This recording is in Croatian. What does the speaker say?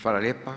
Hvala lijepo.